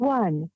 one